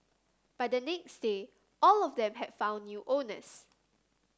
by the next day all of them had found new owners